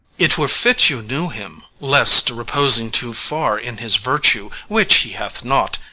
it were fit you knew him lest, reposing too far in his virtue, which he hath not,